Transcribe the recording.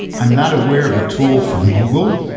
i'm not aware of a tool from google.